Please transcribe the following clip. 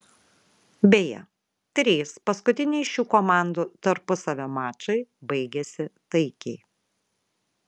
beje trys paskutiniai šių komandų tarpusavio mačai baigėsi taikiai